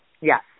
Yes